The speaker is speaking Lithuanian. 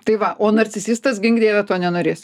tai va o narcisistas gink dieve to nenorės